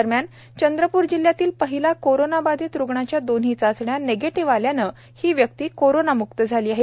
दरम्यान चंद्रप्र जिल्ह्यातील पहिला कोरोना बाधित रुग्णाच्या दोन्ही चाचण्या निगेटिव्ह आल्याने ही व्यक्ती कोरोनाम्क्त झाली आहे